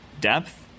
depth